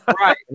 Right